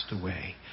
away